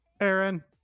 Aaron